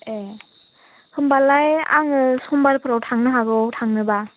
ए होमबालाय आङो समबारफ्राव थांनो हागौ थाङोबा